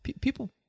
people